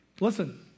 Listen